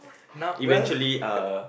now well